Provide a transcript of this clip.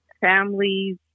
families